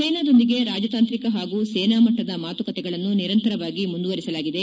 ಚೈನಾದೊಂದಿಗೆ ರಾಜತಾಂತ್ರಿಕ ಹಾಗೂ ಸೇನಾ ಮಟ್ಲದ ಮಾತುಕತೆಗಳನ್ನು ನಿರಂತರವಾಗಿ ಮುಂದುವರೆಸಲಾಗಿದೆ